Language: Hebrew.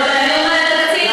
זה נאום על התקציב,